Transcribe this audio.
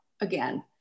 again